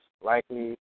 likely